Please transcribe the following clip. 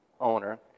owner